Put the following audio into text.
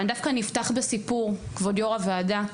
ואני דווקא אפתח בסיפור כבוד יו"ר הוועדה,